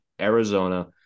Arizona